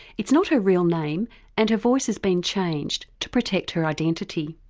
it's not her real name and her voice has been changed to protect her identity.